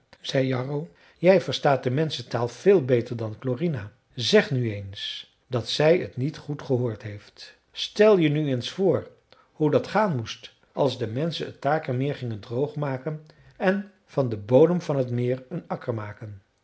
jij verstaat de menschentaal veel beter dan klorina zeg nu eens dat zij t niet goed gehoord heeft stel je nu eens voor hoe dat gaan moest als de menschen het takermeer gingen droogmaken en van den bodem van t meer een akker maken